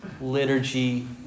liturgy